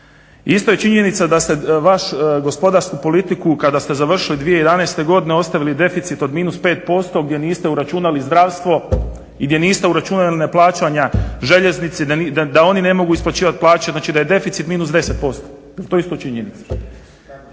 Isto je činjenica da se vašu gospodarsku politiku kada ste završili 2011. godine ostavili deficit od minus pet posto gdje niste uračunali zdravstvo i gdje niste uračunali neplaćanja željeznici, da oni ne mogu isplaćivati plaće. Znači da je deficit minus 10%. To je isto činjenica.